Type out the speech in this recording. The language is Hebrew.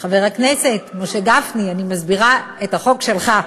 חבר הכנסת משה גפני, אני מסבירה את החוק שלך.